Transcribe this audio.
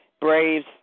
Braves